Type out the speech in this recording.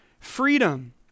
freedom